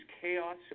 chaos